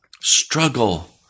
struggle